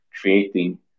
creating